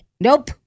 Nope